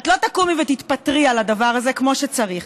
את לא תקומי ותתפטרי על הדבר הזה כמו שצריך,